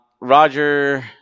roger